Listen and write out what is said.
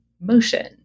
motion